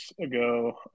ago